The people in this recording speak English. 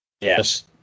Yes